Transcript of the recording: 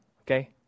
okay